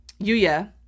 Yuya